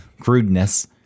crudeness